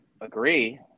agree